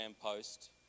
post